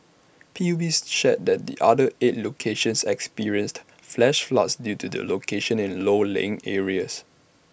PUB's shared that the other eight locations experienced flash floods due to their locations in low lying areas